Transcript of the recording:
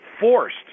forced